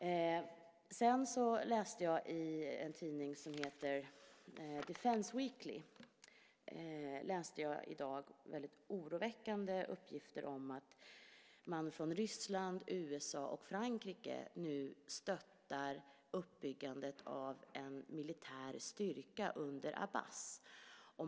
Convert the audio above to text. Jag läste i dag i en tidning som heter Defence Weekly väldigt oroväckande uppgifter om att man från Ryssland, USA och Frankrike nu stöttar uppbyggandet av en militär styrka under Abbas.